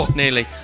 nearly